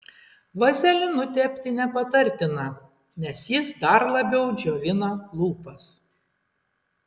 vazelinu tepti nepatartina nes jis dar labiau džiovina lūpas